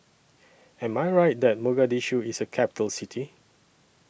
Am I Right that Mogadishu IS A Capital City